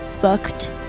fucked